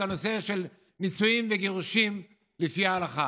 הנושא של נישואים וגירושים לפי ההלכה.